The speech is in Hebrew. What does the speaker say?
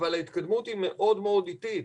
אבל ההתקדמות היא מאוד איטית.